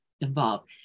involved